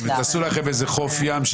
ותעשו לכם איזה חוף ים,